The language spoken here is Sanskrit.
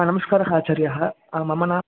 नमस्कारः आचार्याः मम नाम